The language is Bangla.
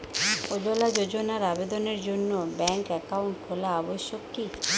উজ্জ্বলা যোজনার আবেদনের জন্য ব্যাঙ্কে অ্যাকাউন্ট খোলা আবশ্যক কি?